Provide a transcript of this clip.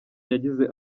yagize